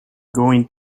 going